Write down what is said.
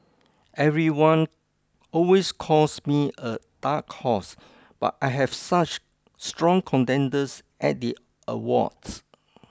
everyone always calls me a dark horse but I have such strong contenders at the awards